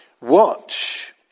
Watch